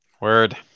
Word